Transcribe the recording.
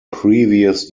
previous